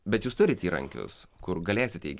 bet jūs turit įrankius kur galėsite